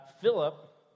Philip